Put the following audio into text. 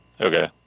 okay